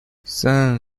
sen